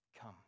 come